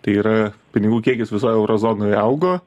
tai yra pinigų kiekis visoj euro zonoj augo